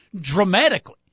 dramatically